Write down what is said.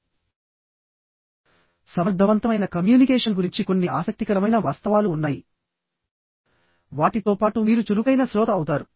మీ listening skills మెరుగుపరచడంలో పరస్పర సంబంధం ఉన్న సమర్థవంతమైన కమ్యూనికేషన్ గురించి కొన్ని ఆసక్తికరమైన వాస్తవాలు ఉన్నాయి వాటి తో పాటు మీరు చురుకైన శ్రోత అవుతారు